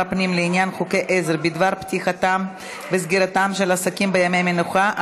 הפנים לעניין חוקי עזר בדבר פתיחתם וסגירתם של עסקים בימי מנוחה),